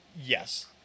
Yes